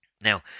now